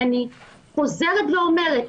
אני חוזרת ואומרת,